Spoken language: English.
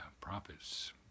prophets